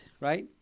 Right